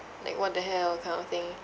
like what the hell kind of thing